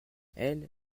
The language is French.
elles